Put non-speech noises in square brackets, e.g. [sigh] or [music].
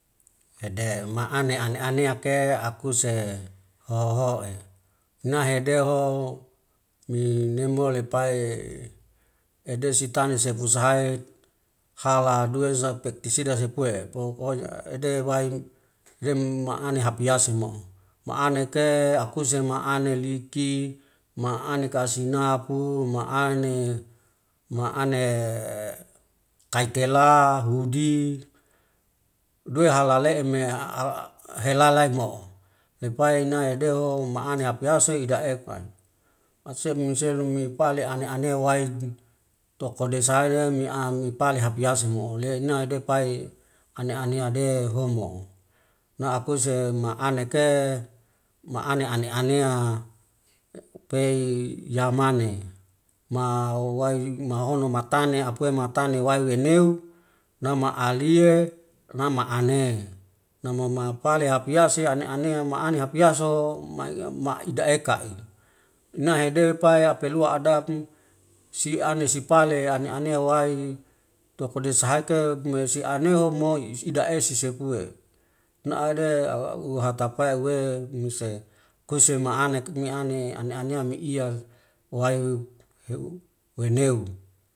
Ede ma'ane aneaneke kause hohoe, nahedeho molepai hede sitani sepusahai hala duwese pitasida sepue pokonya edewai yam ma'ane hapiase mo'o, ma'ane ke akuse mane liki ma ane kasinapu ma'ane manae [hesitation] kaitela, hudi, duwei hala le'e me helalai mo'o lepai na hedeho ma'ane hapiase idaepan, mase miselu miple ane anea waid toko desai de mia mipale hapiase mo'o le naide pai ane neade homo'o, na akuse ma'ane ke ma'ane aneanea upei yamane mawai mahono matane apue matane wai weneu nama aliye, nama ane namanapale hapiase ane anea mnae hapaya soho maida eka'i nahede pai apelua ada si ana sipale ane anea wai toko desahaike me sianeho mo'i ida esi sepue nade auhatapai uwe mise kuse ma'ane kime ane aneanea mi'iya wai weneu.